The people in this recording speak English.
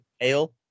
ale